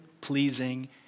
pleasing